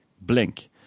blink